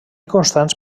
constants